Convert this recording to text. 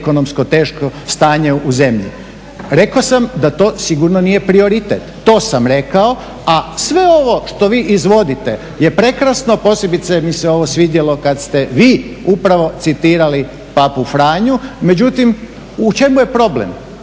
ekonomsko teško stanje u zemlji. Rekao sam da to sigurno nije prioritet, to sam rekao. A sve ovo što vi izvodite je prekrasno posebice mi se ovo svidjelo kada ste vi upravo citirali Papu Franju. Međutim u čemu je problem?